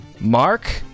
Mark